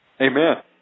Amen